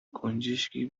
گنجشکی